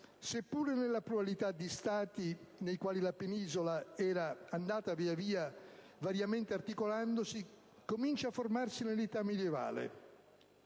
seppure nella pluralità di Stati nei quali la penisola era andata via via variamente articolandosi, comincia a formarsi nell'età medievale.